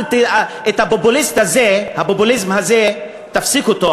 הפופוליזם הזה, תפסיק אותו.